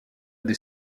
des